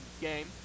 game